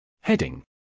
Heading